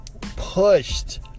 pushed